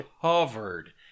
covered